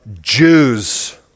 Jews